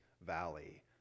Valley